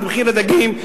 את המחיר הדגים.